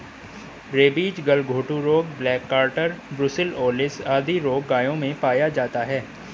rabies, गलघोंटू रोग, black quarter, brucellosis आदि रोग गायों में पाया जाता है